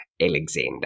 Alexander